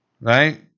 right